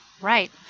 Right